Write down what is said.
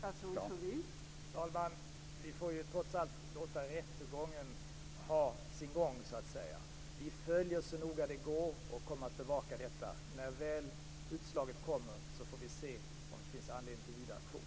Fru talman! Vi får trots allt låta rättegången ha sin gång. Vi följer den så noga det går, och vi kommer att bevaka detta. När väl utslaget kommer får vi se om det finns anledning till vidare aktion.